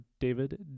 David